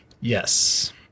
Yes